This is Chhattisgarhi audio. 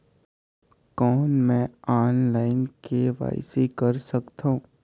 कौन मैं ऑनलाइन के.वाई.सी कर सकथव?